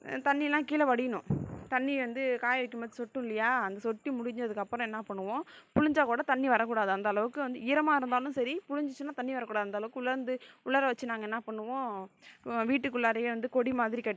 தண்ணியெல்லாம் கீழே வடியணும் தண்ணி வந்து காய வைக்கும் போது சொட்டும் இல்லையா அந்த சொட்டி முடிஞ்சதுக்கப்புறம் என்ன பண்ணுவோம் புழிஞ்சா கூட தண்ணி வரக் கூடாது அந்தளவுக்கு வந்து ஈரமாக இருந்தாலும் சரி புழிஞ்சிச்சினா தண்ணி வரக் கூடாது அந்தளவுக்கு உலர்ந்து உலர வச்சு நாங்கள் என்ன பண்ணுவோம் வீட்டுக்குள்ளாரேயே வந்து கொடி மாதிரி கட்டி